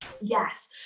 Yes